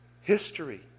History